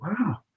wow